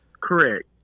Correct